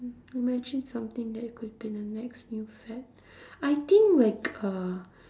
imagine something that could be the next new fad I think like uh